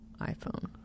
iPhone